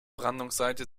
brandungsseite